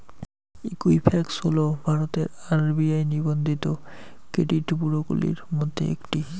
Equifax হল ভারতের RBI নিবন্ধিত ক্রেডিট ব্যুরোগুলির মধ্যে একটি